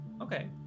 okay